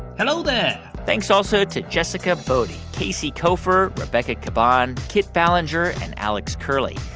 hello there thanks also to jessica boddy, casey koeffer, rebecca caban, kit ballenger and alex curley.